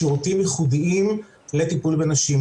שירותים ייחודיים לטפול בנשים.